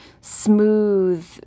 smooth